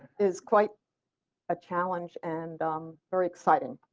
is quite a challenge and um very exciting.